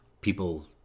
people